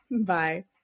Bye